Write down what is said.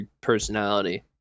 personality